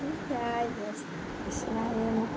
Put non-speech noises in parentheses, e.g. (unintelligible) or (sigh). (unintelligible)